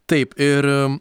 taip ir